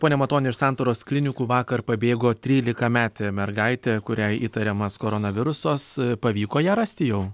pone matoni iš santaros klinikų vakar pabėgo trylikametė mergaitė kuriai įtariamas koronavirusas pavyko ją rasti jau